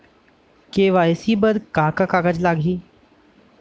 KYC बर का का कागज लागही?